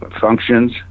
functions